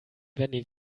werden